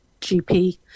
GP